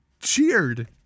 Cheered